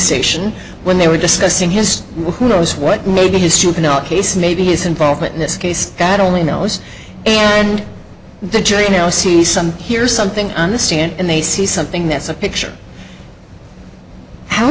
station when they were discussing his who knows what may be his supernaut case maybe his involvement in this case god only knows and the jury now see something hear something on the stand and they see something that's a picture how